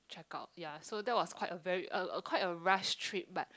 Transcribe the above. check out ya so that was quite a very a quite a rush trip but